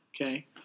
Okay